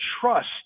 trust